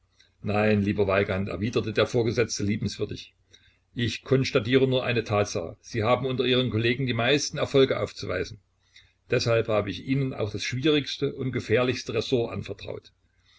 nein lieber weigand erwiderte der vorgesetzte liebenswürdig ich konstatiere nur eine tatsache sie haben unter ihren kollegen die meisten erfolge aufzuweisen deshalb habe ich ihnen auch das schwierigste und gefährlichste ressort anvertraut